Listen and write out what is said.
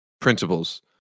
principles